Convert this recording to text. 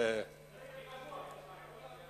אני רגוע, דרך אגב.